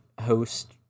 host